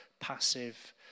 passive